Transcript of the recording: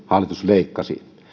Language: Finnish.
hallitus leikkasi